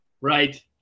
Right